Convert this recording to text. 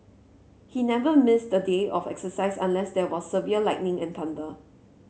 he never missed a day of exercise unless there was severe lightning and thunder